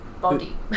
body